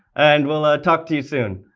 and we'll talk to you soon.